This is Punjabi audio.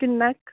ਕਿੰਨਾ ਕੁ